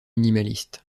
minimaliste